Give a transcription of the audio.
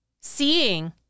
Seeing